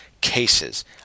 cases